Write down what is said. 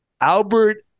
Albert